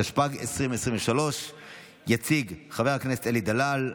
התשפ"ג 2023. יציג חבר הכנסת אלי דלל,